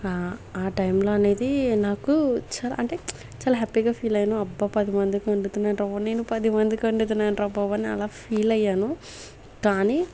ఆ టైం లో అనేది నాకు చాలా అంటే చాలా హ్యాపీ గా ఫీల్ అయ్యాను అబ్బా పదిమందికి వండుతున్నాను రా బాబు నేను పదిమందికి వండుతున్నాను రా బాబు అని అలా ఫీల్ అయ్యాను కానీ